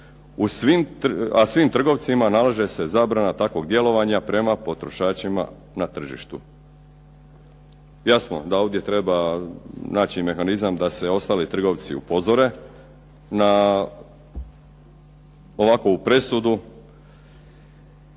a svim trgovcima nalaže se zabrana takvog djelovanja prema potrošačima na tržištu. Jasno da ovdje treba naći mehanizam da se ostali trgovci upozore na ovakvu presudu